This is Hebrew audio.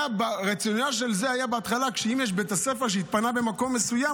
בהתחלה הרציונל של זה היה: אם יש בית ספר שהתפנה במקום מסוים,